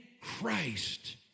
Christ